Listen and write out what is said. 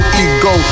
ego